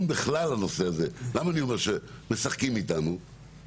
בכלל בנושא הזה למה אני אומר שמשחקים עלינו?